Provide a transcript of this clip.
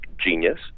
genius